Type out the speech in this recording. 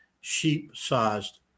sheep-sized